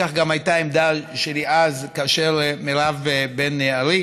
כך גם הייתה העמדה שלי אז כאשר מירב בן ארי